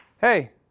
hey